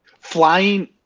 flying